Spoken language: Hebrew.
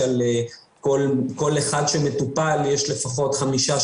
שעל כל אחד שמטופל יש לפחות חמישה,